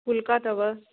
फुल्का अथव